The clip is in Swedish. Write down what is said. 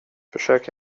försök